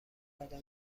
عدم